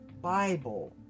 Bible